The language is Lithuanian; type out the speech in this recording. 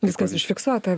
viskas užfiksuota